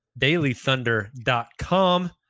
DailyThunder.com